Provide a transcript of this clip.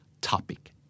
topic